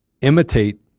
imitate